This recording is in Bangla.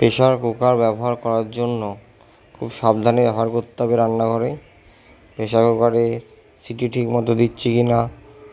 প্রেসার কুকার ব্যবহার করার জন্য খুব সাবধানে ব্যবহার করতে হবে রান্নাঘরে প্রেসার কুকারে সিটি ঠিকমতো দিচ্ছে কি না